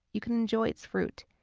you can enjoy its fruit.